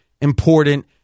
important